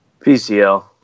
PCL